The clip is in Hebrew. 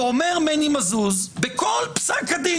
ואומר מני מזוז בכל פסק הדין,